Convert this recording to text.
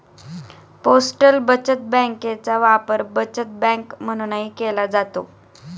postal बचत बँकेचा वापर बचत बँक म्हणूनही केला जातो